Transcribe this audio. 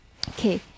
Okay